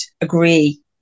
agree